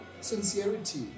sincerity